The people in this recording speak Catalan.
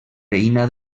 veïna